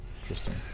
Interesting